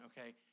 okay